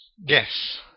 Yes